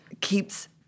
keeps